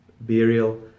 burial